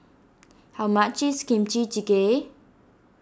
how much is Kimchi Jjigae